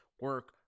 Work